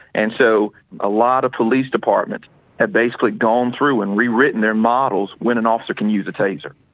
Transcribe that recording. and so a lot of police departments have basically gone through and rewritten their models when an officer can use a taser.